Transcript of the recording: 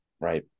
Right